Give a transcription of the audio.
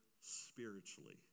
spiritually